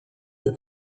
that